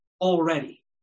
already